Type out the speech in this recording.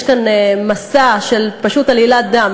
יש כאן פשוט מסע של עלילת דם.